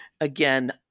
again